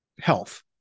health